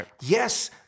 Yes